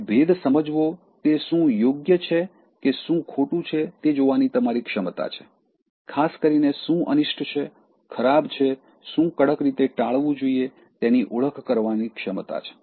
હવે ભેદ સમજવો તે શું યોગ્ય છે કે શું ખોટું છે તે જોવાની તમારી ક્ષમતા છે ખાસ કરીને શું અનિષ્ટ છે ખરાબ છે શું કડક રીતે ટાળવું જોઈએ તેની ઓળખ કરવાની ક્ષમતા છે